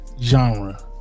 genre